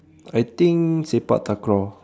I think sepak-takraw